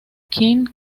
king